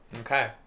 Okay